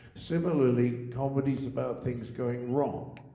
similarly, comedy is about things going wrong.